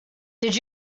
did